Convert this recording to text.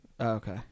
Okay